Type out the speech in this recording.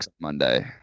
monday